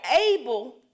able